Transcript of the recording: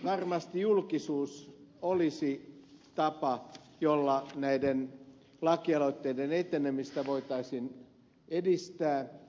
varmasti julkisuus olisi tapa jolla näiden lakialoitteiden etenemistä voitaisiin edistää